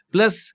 Plus